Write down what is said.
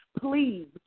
Please